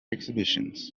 exhibitions